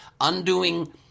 undoing